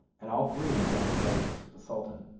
and all three went down to breakfast with the sultan.